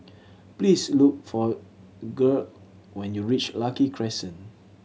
please look for Gearld when you reach Lucky Crescent